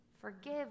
forgive